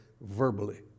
verbally